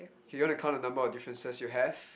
you wanna count the number of differences you have